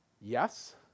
Yes